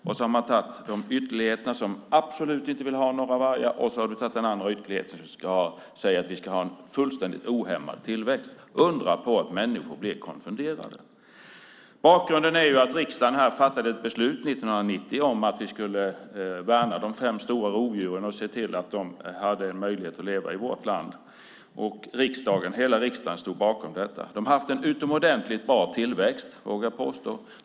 Man har tagit den ytterlighet som absolut inte vill ha några vargar och den andra ytterligheten som säger att vi ska ha en fullständigt ohämmad tillväxt. Undra på att människor blir konfunderade! Bakgrunden är att riksdagen fattade ett beslut 1990 om att vi skulle värna de fem stora rovdjuren och se till att de hade en möjlighet att leva i vårt land. Hela riksdagen stod bakom detta. De har haft en utomordentligt bra tillväxt, vågar jag påstå.